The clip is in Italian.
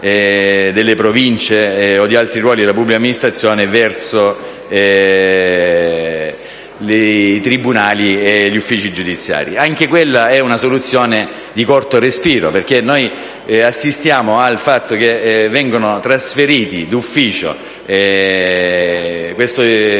delle Province o di altri ruoli della pubblica amministrazione verso i tribunali e gli uffici giudiziari. Anche questa è una soluzione di corto respiro, perché assistiamo al fatto che vengono trasferiti d'ufficio dipendenti